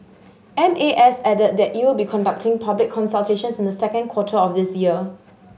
M A S added that it will be conducting public consultations in the second quarter of this year